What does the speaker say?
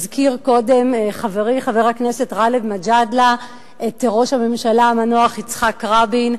הזכיר קודם חברי חבר הכנסת גאלב מג'אדלה את ראש הממשלה המנוח יצחק רבין.